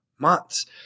Months